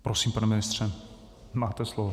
Prosím, pane ministře, máte slovo.